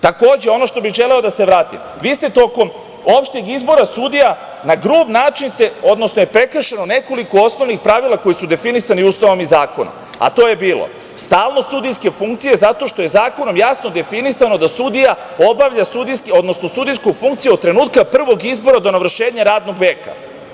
Takođe, ono što bih želeo da se vratim, vi ste tokom opšteg izbora sudija na grub način ste, odnosno prekršeno je nekoliko osnovnih pravila koji su definisani Ustavom i zakonom, a to je bilo stalnost sudijske funkcije zato što je zakonom jasno definisano da sudija obavlja sudijski, odnosno sudijsku funkciju od trenutka prvog izbora do navršenja radnog veka.